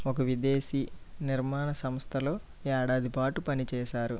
ఒక విదేశీ నిర్మాణ సంస్థలో ఏడాది పాటు పని చేశారు